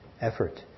effort